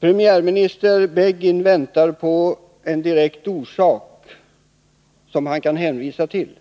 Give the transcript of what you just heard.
Premiärminister Begin väntar på en direkt orsak som han kan hänvisa till.